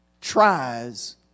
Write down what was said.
tries